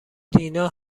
دینا